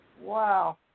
Wow